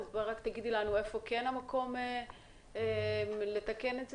אז תגידי לנו איפה כן המקום לתקן את זה.